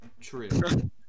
True